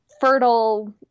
fertile